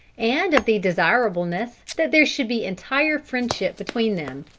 and of the desirableness that there should be entire friendship between them,